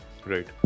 Great